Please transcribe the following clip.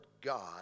God